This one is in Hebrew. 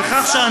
כל שר טוב,